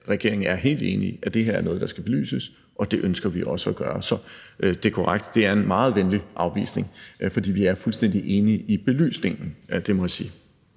regeringen er helt enig i, at det her er noget, der skal belyses, og det ønsker vi også at gøre. Så det er korrekt, at det er en meget venlig afvisning, for vi er fuldstændig enige i, at det skal belyses. Det må jeg sige.